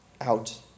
out